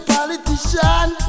Politician